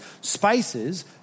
spices